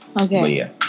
okay